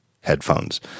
headphones